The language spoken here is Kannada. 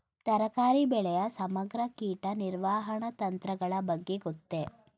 ತರಕಾರಿ ಬೆಳೆಯ ಸಮಗ್ರ ಕೀಟ ನಿರ್ವಹಣಾ ತಂತ್ರಗಳ ಬಗ್ಗೆ ಗೊತ್ತೇ?